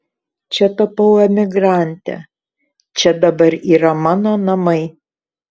čia tapau emigrante čia dabar yra mano namai